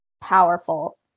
powerful